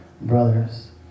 brothers